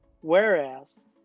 whereas